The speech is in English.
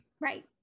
right